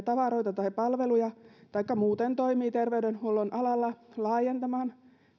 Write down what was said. tavaroita tai palveluja taikka muuten toimii terveydenhuollon alalla laajentamaan